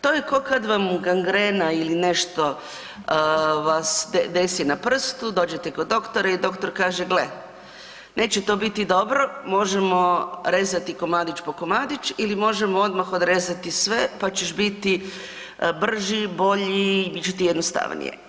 To je ko kad vam gangrena ili nešto vas, se desi na prstu, dođete kod doktora i doktor kaže gle, neće to biti dobro, možemo rezati komadić po komadić ili možemo odmah odrezati sve, pa ćeš biti brži, bolji i bit će ti jednostavnije.